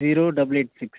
zero double eight six